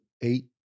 eight